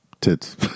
tits